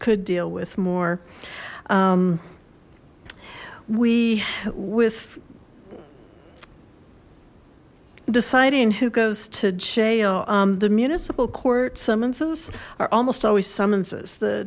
could deal with more we with deciding who goes to jail the municipal court summonses are almost always summonses the